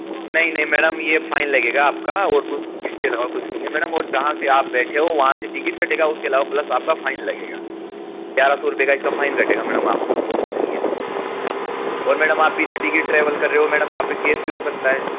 नहीं नहीं मैडम यह फाइन लगेगा आपका और कुछ इसके अलावा कुछ नहीं है मैडम और जहाँ से आप बैठे हो वहाँ से टिकट कटेगा उसके अलावा प्लस आपका फाइन लगेगा ग्यारह सौ रूपये का इसका फाइन कटेगा मैडम आपका और कुछ नहीं है और मैडम आप बिना टिकट ट्रैवल कर रहे हो मैडम आप पर केस भी हो सकता है